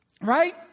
right